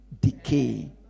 decay